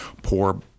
poor